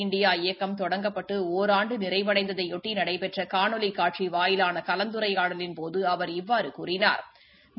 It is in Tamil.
இண்டியா இயக்கம் தொடங்கப்பட்டு ஒராண்டு நிறைவடைந்ததையொட்டி நடைபெற்ற காணொலி காட்சி வாயிலான கலந்தரையாடலின்போது அவர் இவ்வாறு கூறினா்